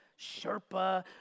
Sherpa